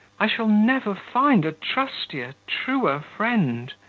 i shall never find a trustier, truer friend.